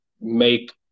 make